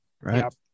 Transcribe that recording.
Right